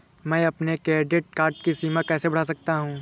मैं अपने credit card की सीमा कैसे बढ़ा सकता हूँ?